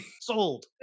sold